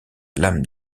lame